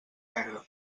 negra